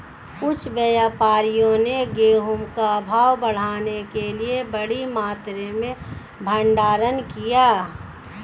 कुछ व्यापारियों ने गेहूं का भाव बढ़ाने के लिए बड़ी मात्रा में भंडारण किया